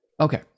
Okay